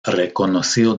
reconocido